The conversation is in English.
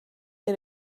get